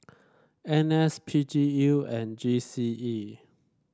N S P G U and G C E